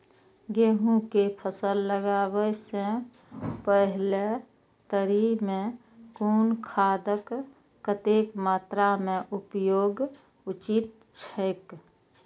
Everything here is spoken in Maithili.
गेहूं के फसल लगाबे से पेहले तरी में कुन खादक कतेक मात्रा में उपयोग उचित छेक?